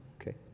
okay